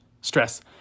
stress